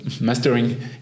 mastering